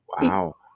Wow